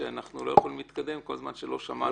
שאנחנו לא יכולים להתקדם כל זמן שלא שמענו אותם.